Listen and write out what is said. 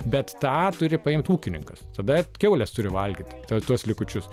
bet tą turi paimt ūkininkas tada kiaulės turi valgyt ten tuos likučius